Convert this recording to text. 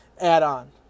add-on